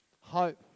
Hope